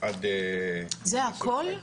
זה הכל?